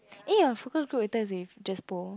eh our focus group later is with Jaspo